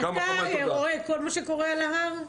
אתה רואה את כל מה שקורה על ההר,